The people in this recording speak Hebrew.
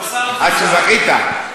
עד שזכית,